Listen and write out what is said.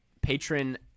patron